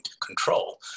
control